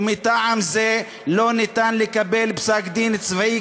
ומטעם זה לא ניתן לקבל פסק-דין צבאי